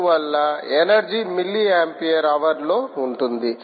అందువల్ల energy milli ampere hour లో ఉంటుంది